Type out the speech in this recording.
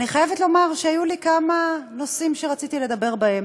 אני חייבת לומר שהיו כמה נושאים שרציתי לדבר בהם,